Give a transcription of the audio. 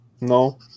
no